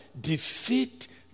defeat